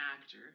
actor